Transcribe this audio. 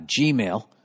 Gmail